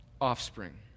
offspring